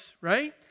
Right